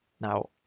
Now